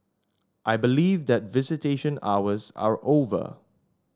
I believe that visitation hours are over